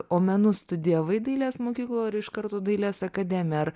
o menus studijavai dailės mokykloj ar iš karto dailės akademija ar